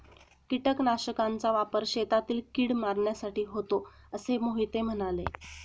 कीटकनाशकांचा वापर शेतातील कीड मारण्यासाठी होतो असे मोहिते म्हणाले